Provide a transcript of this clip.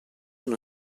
uno